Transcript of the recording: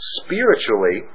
spiritually